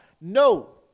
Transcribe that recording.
No